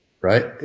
right